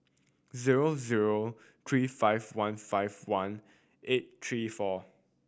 zero zero three five one five one eight three four